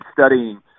studying